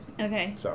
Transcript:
Okay